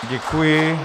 Děkuji.